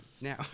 now